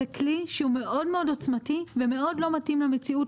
זה כלי שהוא מאוד מאוד עוצמתי ומאוד לא מתאים למציאות של היום.